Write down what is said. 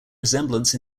resemblance